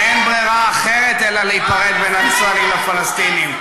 ואין ברירה אחרת אלא להפריד בין הישראלים לפלסטינים.